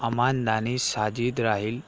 Aman Danish Sajid Rahil